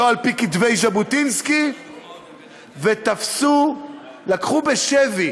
לא על-פי כתבי ז'בוטינסקי, ותפסו, לקחו בשבי,